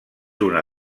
una